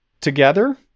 Together